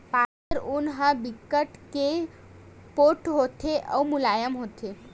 पातर ऊन ह बिकट के पोठ होथे अउ मुलायम होथे